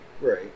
Right